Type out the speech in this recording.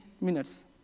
minutes